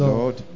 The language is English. Lord